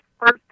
first